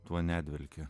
tuo nedvelkė